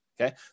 Okay